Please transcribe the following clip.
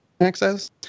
access